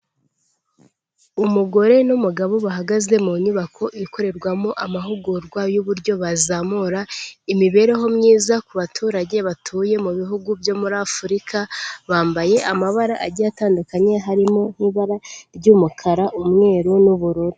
Umugore n'umugabo bahagaze mu nyubako ikorerwamo amahugurwa y'uburyo bazamura imibereho myiza ku baturage batuye mu bihugu byo muri Afurika, bambaye amabara agiye atandukanye harimo nk'ibara ry'umukara, umweru n'ubururu.